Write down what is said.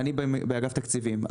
אני באגף תקציבים.